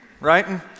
right